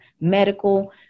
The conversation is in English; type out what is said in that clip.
medical